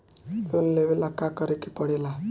Loan लेबे ला का करे के पड़े ला?